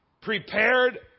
prepared